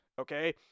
Okay